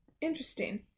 Interesting